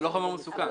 זה לא חומר מסוכן.